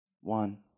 One